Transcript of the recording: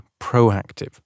proactive